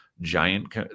giant